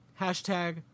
Hashtag